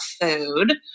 food